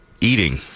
eating